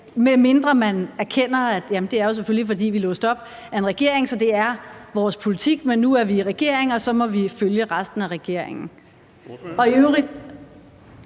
Medmindre man erkender, at det jo selvfølgelig er, fordi man er låst af en regering – altså at det er ens politik, men at man nu er i regering, og så må man følge resten af regeringen.